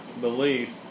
belief